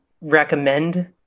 recommend